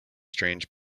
strange